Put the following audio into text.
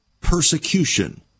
persecution